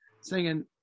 singing